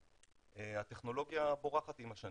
הטכנולוגיה פורחת עם השנים.